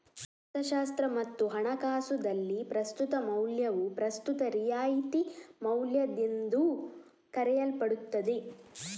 ಅರ್ಥಶಾಸ್ತ್ರ ಮತ್ತು ಹಣಕಾಸುದಲ್ಲಿ, ಪ್ರಸ್ತುತ ಮೌಲ್ಯವು ಪ್ರಸ್ತುತ ರಿಯಾಯಿತಿ ಮೌಲ್ಯಎಂದೂ ಕರೆಯಲ್ಪಡುತ್ತದೆ